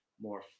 more